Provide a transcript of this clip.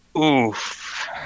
Oof